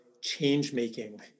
change-making